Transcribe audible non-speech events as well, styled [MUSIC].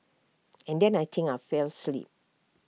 [NOISE] and then I think I fell asleep